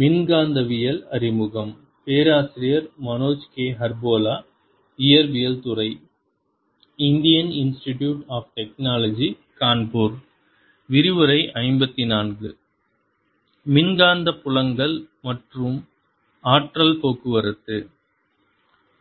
மின்காந்தவியல் அறிமுகம் மின்காந்த புலங்கள் மூலம் ஆற்றல் போக்குவரத்து